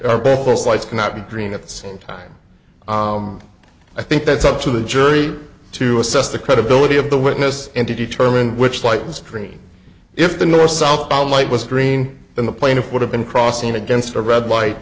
are both four sides cannot be green at the same time i think that's up to the jury to assess the credibility of the witness and to determine which light was green if the north southbound light was green in the plaintiff would have been crossing against a red light